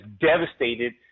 devastated